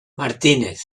martínez